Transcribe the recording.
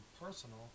personal